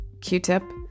q-tip